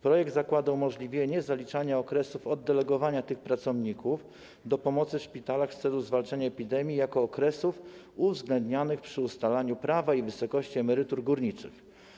Projekt zakłada umożliwienie zaliczania okresów oddelegowania tych pracowników do pomocy w szpitalach w celu zwalczania epidemii jako okresów uwzględnianych przy ustalaniu prawa i wysokości emerytur górniczych.